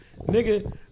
Nigga